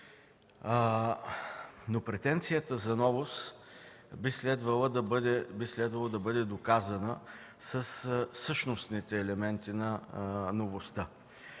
Претенцията за новост обаче би следвало да бъде доказана със същностните елементи на новостта.